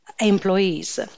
employees